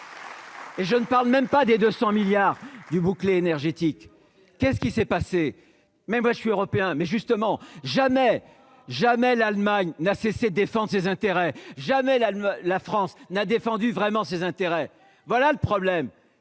Et je ne parle même pas des 200 milliards du boucler énergétique qu'est-ce qui s'est passé, mais moi je suis européen, mais justement, jamais, jamais l'Allemagne n'a cessé, défend ses intérêts, jamais la le, la France n'a défendu vraiment ses intérêts, voilà le problème,